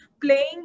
playing